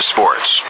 Sports